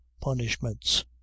punishments